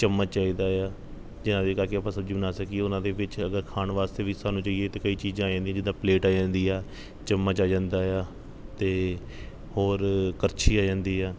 ਚੱਮਚ ਚਾਹੀਦਾ ਆ ਜਿਨ੍ਹਾਂ ਦੇ ਕਰਕੇ ਆਪਾਂ ਸਬਜ਼ੀ ਬਣਾ ਸਕੀਏ ਉਨ੍ਹਾਂ ਦੇ ਵਿੱਚ ਅਗਰ ਖਾਣ ਵਾਸਤੇ ਵੀ ਸਾਨੂੰ ਚਾਹੀਏ ਤਾਂ ਕਈ ਚੀਜ਼ਾਂ ਆ ਜਾਂਦੀਆਂ ਜਿੱਦਾਂ ਪਲੇਟ ਆ ਜਾਂਦੀ ਆ ਚੱਮਚ ਆ ਜਾਂਦਾ ਆ ਅਤੇ ਹੋਰ ਕੜਛੀ ਆ ਜਾਂਦੀ ਆ